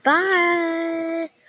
Bye